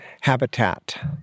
habitat